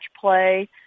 play